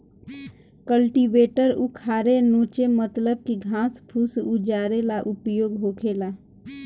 cultivator उखारे नोचे मतलब की घास फूस उजारे ला उपयोग होखेला